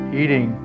eating